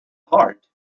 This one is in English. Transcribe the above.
heart